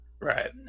right